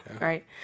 right